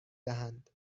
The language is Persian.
دهند